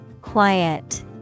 Quiet